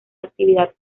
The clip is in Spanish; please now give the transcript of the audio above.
actividad